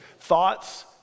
thoughts